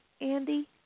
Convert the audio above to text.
Andy